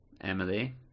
Emily